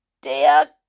dear